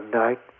night